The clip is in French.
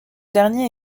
dernier